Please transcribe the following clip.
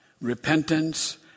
Repentance